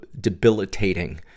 debilitating